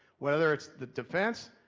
whether it's the defense,